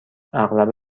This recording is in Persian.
اغلب